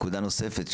נקודה נוספת,